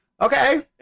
okay